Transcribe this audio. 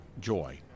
joy